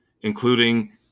including